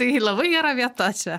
tai labai gera vieta čia